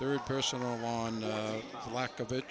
third person on a lack of it